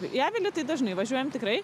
į avilį tai dažnai važiuojam tikrai